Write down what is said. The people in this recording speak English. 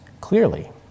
clearly